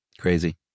Crazy